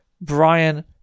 brian